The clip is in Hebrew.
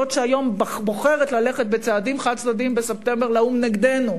זאת שהיום בוחרת ללכת בדרך בצעדים חד-צדדיים בספטמבר באו"ם נגדנו,